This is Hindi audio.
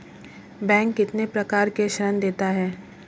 बैंक कितने प्रकार के ऋण देता है?